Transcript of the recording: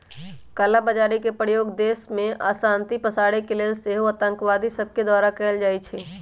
कला बजारी के प्रयोग देश में अशांति पसारे के लेल सेहो आतंकवादि सभके द्वारा कएल जाइ छइ